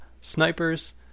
Snipers